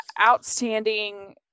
outstanding